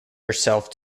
herself